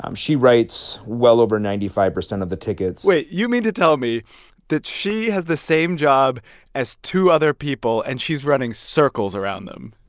um she writes well over ninety five percent of the tickets wait. you mean to tell me that she has the same job as two other people, and she's running circles around them?